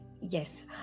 Yes